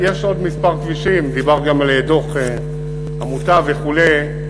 יש עוד כמה כבישים, דיברת גם על דוח עמותה וכו'.